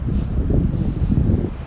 uh